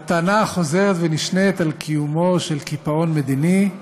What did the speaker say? לטענה החוזרת ונשנית על קיומו של בידוד מדיני,